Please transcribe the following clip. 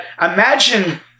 imagine